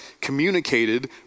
communicated